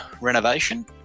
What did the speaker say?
renovation